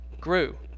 grew